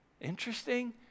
Interesting